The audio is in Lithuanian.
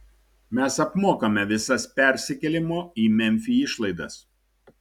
mes apmokame visas persikėlimo į memfį išlaidas